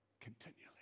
Continually